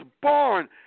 born